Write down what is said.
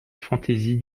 fantaisie